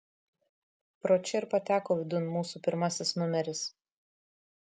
pro čia ir pateko vidun mūsų pirmasis numeris